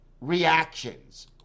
reactions